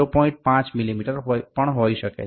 5 millimetre પણ હોઈ શકે છે